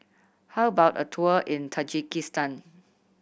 how about a tour in Tajikistan